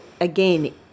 again